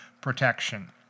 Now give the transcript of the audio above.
protection